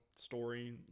story